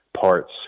parts